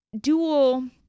dual